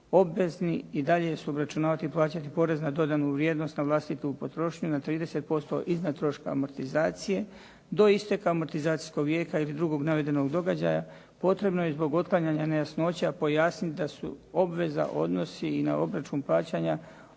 obvezni su i dalje obračunavati i plaćati porez na dodanu vrijednost na vlastitu potrošnju na 30% iznad troška amortizacije do isteka amortizacijskog vijeka ili drugog navedenog događaja, potrebno je zbog otklanjanja nejasnoća pojasnit da su obveza, odnosi i na obračun plaćanja